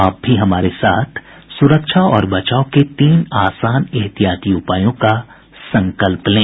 आप भी हमारे साथ सुरक्षा और बचाव के तीन आसान एहतियाती उपायों का संकल्प लें